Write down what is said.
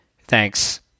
thanks